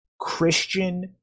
Christian